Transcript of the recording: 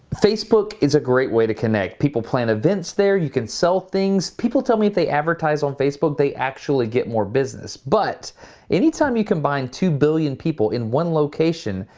facebook is a great way to connect. people plan events there you can sell things. people tell me that if they advertise on facebook, they actually get more business. but any time you combine two billion people in one location,